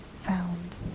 found